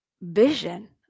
vision